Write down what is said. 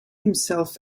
himself